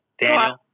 Daniel